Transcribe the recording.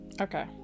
Okay